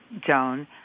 Joan